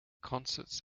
concerts